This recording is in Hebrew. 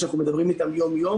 שאנחנו מדברים יום-יום,